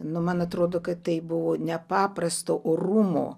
nu man atrodo kad tai buvo nepaprasto orumo